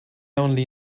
only